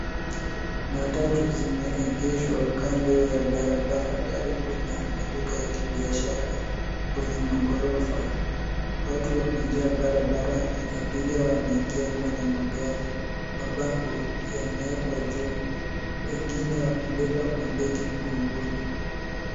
Matatu zimeegeshwa kando ya barabara karibu na maduka ya kibiashara kwenye maghorofa. Watu wamejaa barabarani. Abiria wanaingia kwenye magari. Mabango yamewekwa juu, na wengine wamebeba mabegi mgongoni.